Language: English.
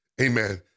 Amen